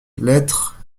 lettres